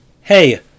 Hey